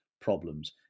problems